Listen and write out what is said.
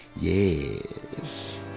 Yes